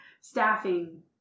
staffing